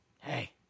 hey